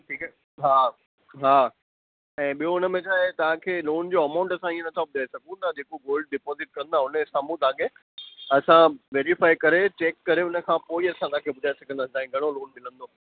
ठीकु आहे हा हा ऐं ॿियो उन में छा आहे तव्हांखे लोन जो अमाउंट असां ईअं नथा ॿुधाए सघूं तव्हां जेको गोल्ड डिपोज़िट कंदा उनजे साम्हूं तव्हांखे असां वेरीफ़ाए करे चेक करे उन खां पोइ ई असां तव्हांखे ॿुधाए सघंदासीं तव्हांखे घणो लोन मिलंदो